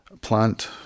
plant